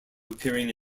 appearing